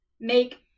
make